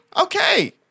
Okay